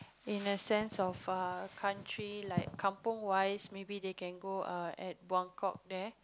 in the sense of country like Kampung wise maybe they can go at Buangkok there